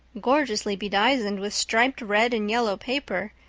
gorgeously bedizened with striped red and yellow paper,